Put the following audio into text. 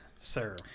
sir